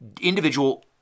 individual